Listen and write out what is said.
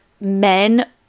men